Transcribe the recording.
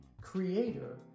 Creator